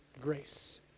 grace